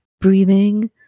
Breathing